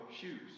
shoes